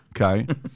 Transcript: Okay